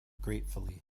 gratefully